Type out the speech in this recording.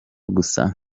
gusa